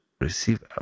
receive